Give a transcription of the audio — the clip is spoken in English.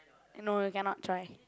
no you cannot try